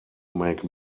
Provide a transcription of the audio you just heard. make